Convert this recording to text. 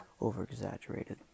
over-exaggerated